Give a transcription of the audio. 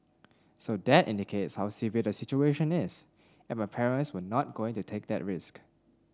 so that indicates how severe the situation is and my parents were not going to take that risk